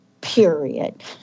Period